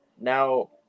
now